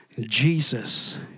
Jesus